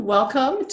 Welcome